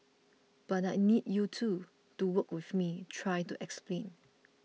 but I need you too to work with me try to explain